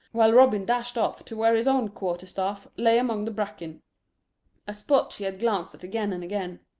while robin dashed off to where his own quarter-staff lay among the bracken a spot he had glanced at again and again.